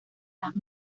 las